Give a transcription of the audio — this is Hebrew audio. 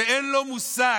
שאין לו מושג